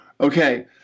Okay